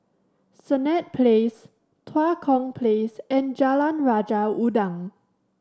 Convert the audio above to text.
Senett Place Tua Kong Place and Jalan Raja Udang